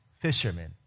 fishermen